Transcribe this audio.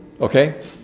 Okay